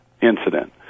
incident